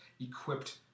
equipped